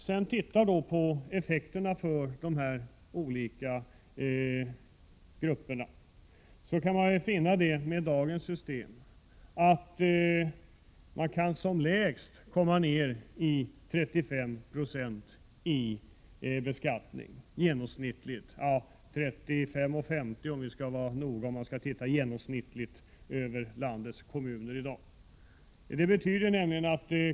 Med dagens system kan man som lägst komma ned till 35,5 20 beskattning, genomsnittligt i landets kommuner.